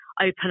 open